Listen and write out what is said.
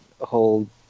hold